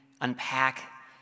unpack